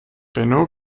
benno